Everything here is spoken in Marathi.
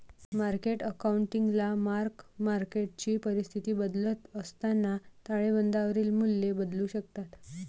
मार्केट अकाउंटिंगला मार्क मार्केटची परिस्थिती बदलत असताना ताळेबंदावरील मूल्ये बदलू शकतात